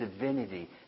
divinity